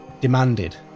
demanded